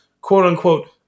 quote-unquote